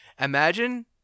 Imagine